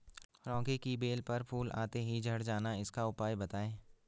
लौकी की बेल पर फूल आते ही झड़ जाना इसका उपाय बताएं?